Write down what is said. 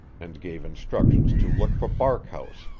and gave instructions to look for barkhouse,